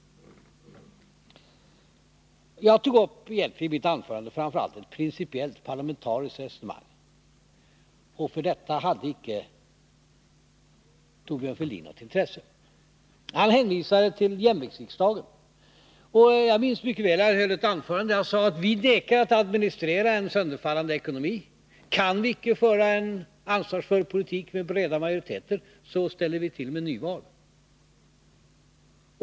Jag tog egentligen i mitt anförande framför allt upp ett principiellt parlamentariskt resonemang, och för detta hade Thorbjörn Fälldin inte något intresse. Han hänvisade till jämviktsriksdagen. Jag minns mycket väl när han höll ett anförande och sade att vi vägrar att administrera en sönderfallande ekonomi. Kan vi icke föra en ansvarsfull politik för den breda majoriteten ställer vi till med nyval.